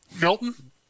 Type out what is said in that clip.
Milton